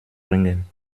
bringen